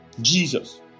Jesus